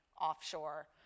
offshore